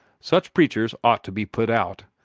such preachers ought to be put out.